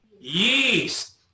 yeast